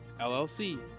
LLC